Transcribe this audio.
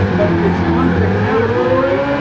but it's under the category,